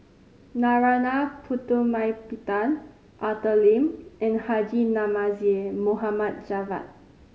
Narana Putumaippittan Arthur Lim and Haji Namazie Mohd Javad